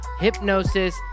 Hypnosis